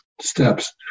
steps